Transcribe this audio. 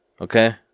Okay